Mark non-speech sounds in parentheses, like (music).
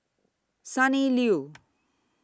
Sonny Liew (noise)